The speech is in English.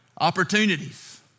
opportunities